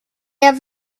have